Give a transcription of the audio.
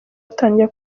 batangira